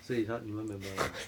所以他你们 member lah